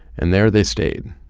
and there they stayed,